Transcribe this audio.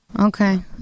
Okay